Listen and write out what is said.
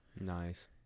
Nice